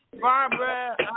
Barbara